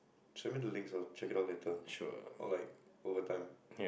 send me the links I'll check it out later or like over time